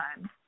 time